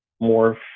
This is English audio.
more